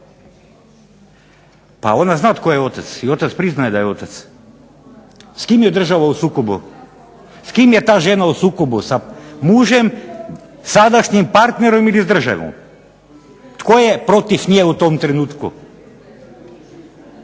Pa ona zna tko je otac i otac priznaje da je otac. S kim je država u sukobu? S kim je ta žena u sukobu sa mužem, sadašnjim partnerom ili s državom? Tko je protiv nje u tom trenutku?